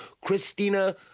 Christina